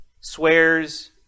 swears